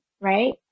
right